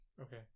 Okay